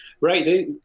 right